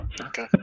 Okay